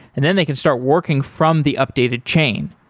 and then they can start working from the updated chain.